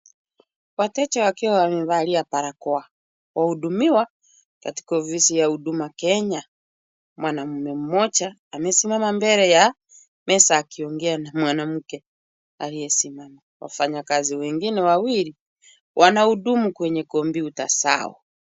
Wateja wakiwa wamevalia barakoa, wahudumiwa katika ofisi ya Huduma Kenya, mwanamume mmoja amesimama mbele ya meza akiongea na mwanamke , aliyesimama, wafanyikazi wengine wawili wanahudumu kwenye computer zao.